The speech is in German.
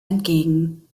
entgegen